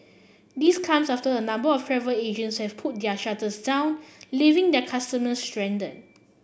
this comes after a number of travel agents have pulled their shutters down leaving their customers stranded